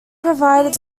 provided